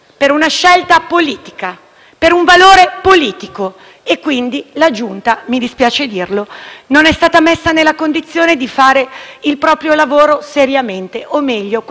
non è stata messa nella condizione di fare il proprio lavoro seriamente o, meglio, questi membri hanno deciso di non farlo; hanno deciso di offendere le istituzioni.